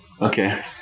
okay